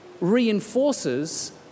reinforces